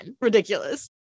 ridiculous